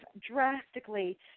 drastically